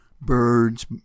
birds